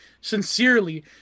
sincerely